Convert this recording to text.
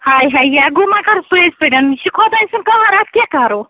ہاے ہاے یہِ ہا گوٚو مَگر پٔز پٲٹھۍ یہِ چھُ خۄداے سُنٛد قہر اَتھ کیٛاہ کَرو